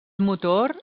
motor